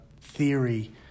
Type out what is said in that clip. theory